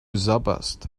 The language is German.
sabberst